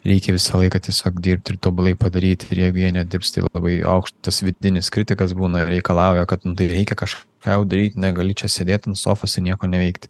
reikia visą laiką tiesiog dirbti ir tobulai padaryti ir jeigu jie nedirbs labai aukštas vidinis kritikas būna reikalauja kad tai reikia kažką jau daryti negali čia sėdėt ant sofos ir nieko neveikti